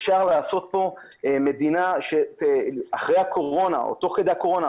אפשר לעשות כאן מדינה שאחרי הקורונה או תוך כדי הקורונה